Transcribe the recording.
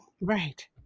right